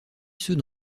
ceux